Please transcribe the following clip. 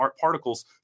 particles